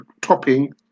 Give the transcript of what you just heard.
topping